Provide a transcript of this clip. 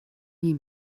nie